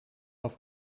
auf